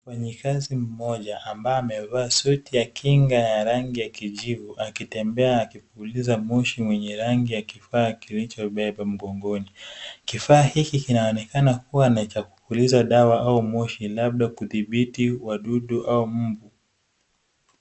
Mfanyikazi mmoja ambaye amevaa suti ya kinga ya rangi ya kijivu akitembea akipuliza moshi mwenye rangi ya kifaa kilichobebwa mgongoni. Kifaa hiki kinaonekana ni cha kupuliza dawa au moshi, labda kudhibiti wadudu au mbu.